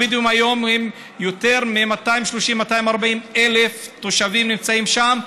הבדואים היום הם יותר מ-230,000 240,000 תושבים שנמצאים שם,